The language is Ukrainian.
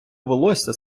волосся